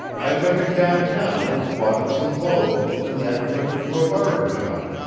i took him downtown and bought him some clothes, and then took him to a barber shop,